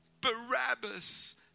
Barabbas